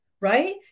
right